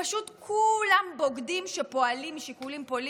פשוט כולם בוגדים שפועלים משיקולים פוליטיים?